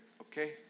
okay